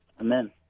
Amen